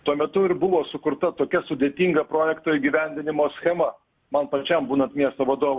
tuo metu ir buvo sukurta tokia sudėtinga projekto įgyvendinimo schema man pačiam būnant miesto vadovu